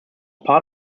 part